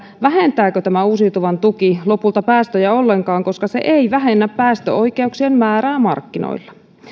vähentääkö tämä uusiutuvan tuki lopulta päästöjä ollenkaan koska se ei vähennä päästöoikeuksien määrää markkinoilla